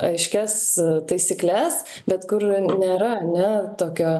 aiškias taisykles bet kur nėra ane tokio